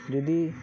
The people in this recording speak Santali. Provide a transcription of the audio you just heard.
ᱡᱩᱫᱤ